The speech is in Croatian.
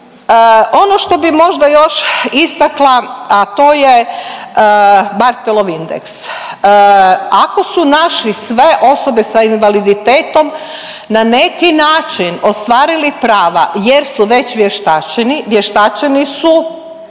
Ono što bih možda još istakla, a to je Bartelov indeks. Ako su naši sve osobe sa invaliditetom na neki način ostvarili prava jer su već vještačeni, vještačeni su